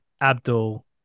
Abdul